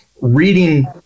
reading